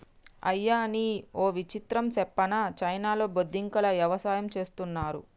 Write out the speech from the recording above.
అయ్యనీ ఓ విచిత్రం సెప్పనా చైనాలో బొద్దింకల యవసాయం చేస్తున్నారు